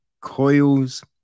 coils